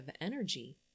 energy